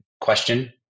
question